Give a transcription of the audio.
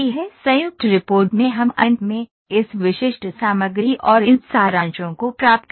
संयुक्त रिपोर्ट में हम अंत में इस विशिष्ट सामग्री और इन सारांशों को प्राप्त करते हैं